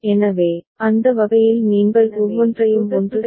எனவே அந்த வகையில் நீங்கள் ஒவ்வொன்றையும் 1 சரி என்று கருதலாம்